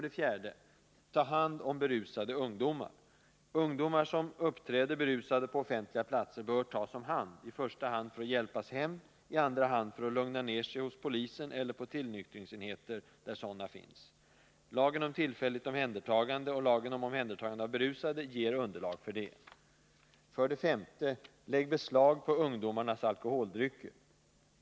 Det fjärde är att man måste ta hand om berusade ungdomar. Ungdomar som uppträder berusade på offentliga platser bör tas om hand, i första hand för att hjälpas hem, i andra hand för att lugna ner sig hos polisen eller på tillnyktringsenheter där sådana finns. Lagen om tillfälligt omhändertagande, LTO, och lagen om omhändertagande av berusade, LOB, ger underlag för det. För det femte menar jag att man kan lägga beslag på ungdomarnas alkoholdrycker.